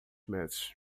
meses